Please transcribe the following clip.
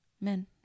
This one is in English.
Men